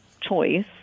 choice